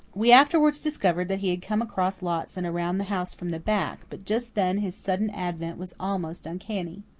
we afterwards discovered that he had come across lots and around the house from the back, but just then his sudden advent was almost uncanny.